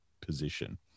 position